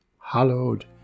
Hallowed